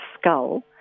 Skull